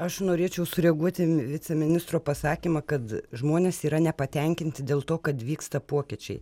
aš norėčiau sureaguoti į viceministro pasakymą kad žmonės yra nepatenkinti dėl to kad vyksta pokyčiai